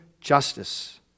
justice